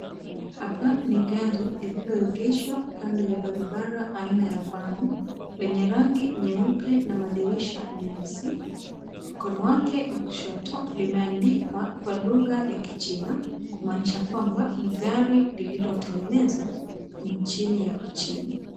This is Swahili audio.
Hapa ni gari lililoengeshwa kando ya barabara aina ya van lenye rangi nyeupe na madirisha meusi. Mkono wake wa kushoto limeandikwa kwa Lugha ya kichina kumaanisha kwamba ni gari lilotengenezwa nchini ya China.